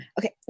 okay